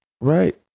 Right